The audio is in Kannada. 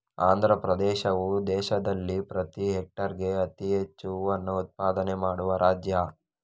ಆಂಧ್ರಪ್ರದೇಶವು ದೇಶದಲ್ಲಿ ಪ್ರತಿ ಹೆಕ್ಟೇರ್ಗೆ ಅತಿ ಹೆಚ್ಚು ಹೂವನ್ನ ಉತ್ಪಾದನೆ ಮಾಡುವ ರಾಜ್ಯ